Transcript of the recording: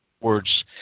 words